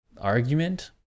argument